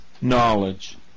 knowledge